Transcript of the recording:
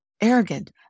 arrogant